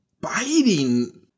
biting